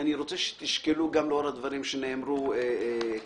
אני רוצה שתשקלו לאור הדברים שנאמרו כאן,